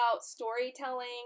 storytelling